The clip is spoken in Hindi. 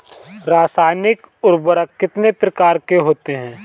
रासायनिक उर्वरक कितने प्रकार के होते हैं?